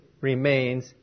remains